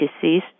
disease